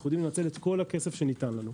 אנחנו יודעים לנצל את כל הכסף שניתן לנו.